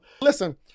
Listen